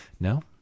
No